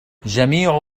جميع